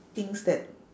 things that